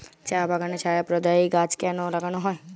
চা বাগানে ছায়া প্রদায়ী গাছ কেন লাগানো হয়?